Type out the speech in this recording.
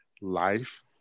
life